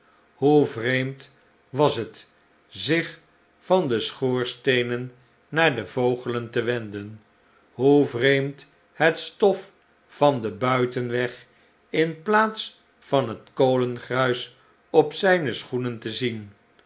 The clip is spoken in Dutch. hoe vreemd was het zich van de schoorsteenen naar de vogelen te wenden hoe vreemd het stof van den buitenweg in plaats van het kolengruis op zijne schoenen te zien